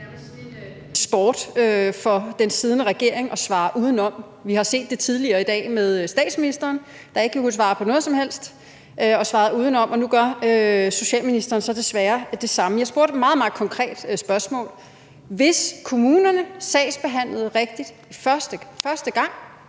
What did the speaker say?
en sport for den siddende regering at svare udenom. Vi har set det tidligere i dag med statsministeren, der ikke kunne svare på noget som helst og svarede udenom, og nu gør socialministeren så desværre det samme. Jeg stillede et meget, meget konkret spørgsmål. Hvis kommunerne sagsbehandlede rigtigt første gang,